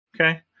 Okay